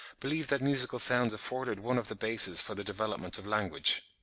believe that musical sounds afforded one of the bases for the development of language.